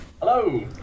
Hello